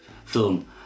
Film